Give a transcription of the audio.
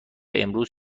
امروز